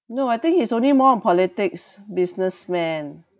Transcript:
no I think he's only more on politics businessman